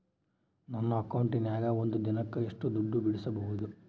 ನನ್ನ ಅಕೌಂಟಿನ್ಯಾಗ ಒಂದು ದಿನಕ್ಕ ಎಷ್ಟು ದುಡ್ಡು ಬಿಡಿಸಬಹುದು?